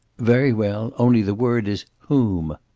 very well, only the word is whom.